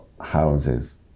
houses